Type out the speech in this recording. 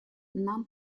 нам